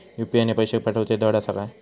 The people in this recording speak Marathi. यू.पी.आय ने पैशे पाठवूचे धड आसा काय?